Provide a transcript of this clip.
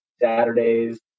Saturdays